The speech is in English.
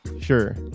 Sure